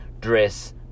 dress